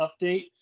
update